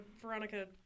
Veronica